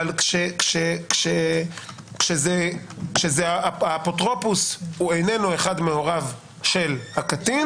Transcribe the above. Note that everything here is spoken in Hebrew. אבל כשזה אפוטרופוס שהוא איננו אחד מהוריו של הקטין